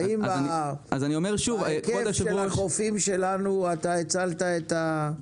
האם בהיקף של החופים שלנו אתה הצלת את הדגה?